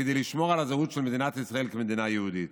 כדי לשמור על הזהות של מדינת ישראל כמדינה יהודית.